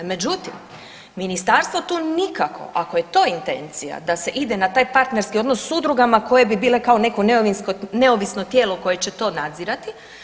Međutim, ministarstvo tu nikako ako je to intencija da se ide na taj partnerski odnos sa udrugama koje bi bile kao neko neovisno tijelo koje će to nadzirati.